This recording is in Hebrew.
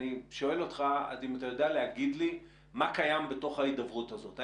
אני שואל אותך אם אתה יודע להגיד לי מה קיים בתוך ההידברות הזאת.